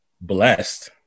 blessed